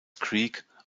creek